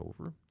over